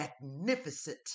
magnificent